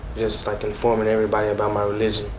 just like informing everybody about my religion,